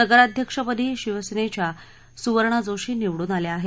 नगराध्यक्षपदीही शिवसेनेच्या सुवर्णा जोशी निवडून आल्या आहेत